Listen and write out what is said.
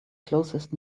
closest